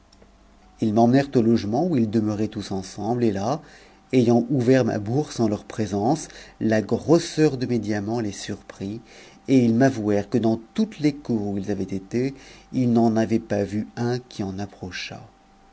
ils m'emmenèrent au logement où ils demeuraient tous ensemble et là ayant ouvert ma bourse en leur présence a grosseur de mes di mants les surprit et ils m'avouèrent que dans toutes les cours où ils avaient été ils n'en avaient pas vu un qui en